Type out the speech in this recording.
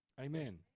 Amen